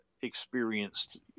experienced